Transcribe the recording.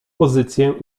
pozycję